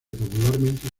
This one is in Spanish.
popularmente